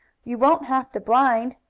you won't have to blind.